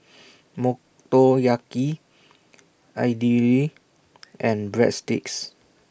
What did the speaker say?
Motoyaki Idili and Breadsticks